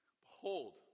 behold